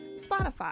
spotify